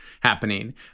happening